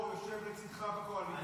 --- למה אתה --- הוא רגיל לזרוק אבן.